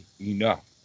enough